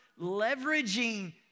leveraging